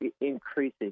increasing